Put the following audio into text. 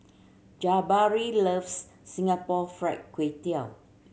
Jabari loves Singapore Fried Kway Tiao